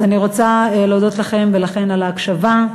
אני רוצה להודות לכם ולכן על ההקשבה,